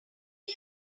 our